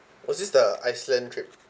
was this the iceland trip